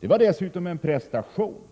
Det var dessutom en prestation